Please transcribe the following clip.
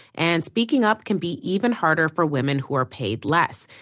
and speaking up can be even harder for women who are paid less,